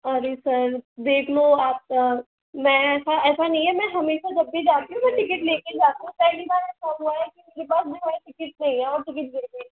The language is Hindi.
आरे सर देख लो आपका मैं ऐसा नहीं है मैं हमेशा जब भी जाती हूँ मैं टिकट लेके जाती हूँ पहली बार ऐसा हुआ है कि मेरे पास जो है टिकट नहीं है और टिकट गिर गई